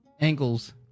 Angles